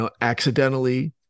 accidentally